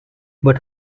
but